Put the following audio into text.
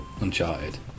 Uncharted